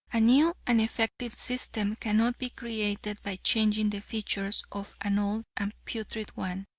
a new and effective system cannot be created by changing the features of an old and putrid one.